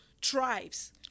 tribes